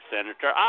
Senator